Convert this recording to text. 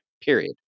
Period